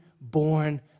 born